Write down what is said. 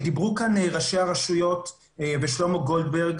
ראשי הרשויות דיברו כאן וגם שלמה דולברג